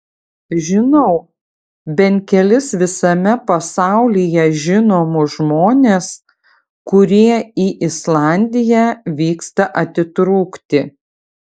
žinau bent kelis visame pasaulyje žinomus žmones kurie į islandiją vyksta atitrūkti